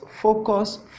focus